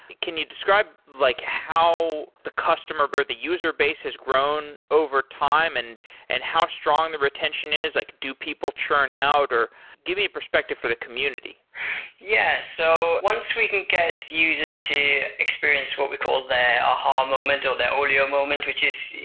can you describe like how the customer, customer, or the user base has grown over time and and how strong the retention is? like do people churn out, or give me a perspective for the community yeah. so once we can get uses to experience what we call their aha moment, or their olio moment, which is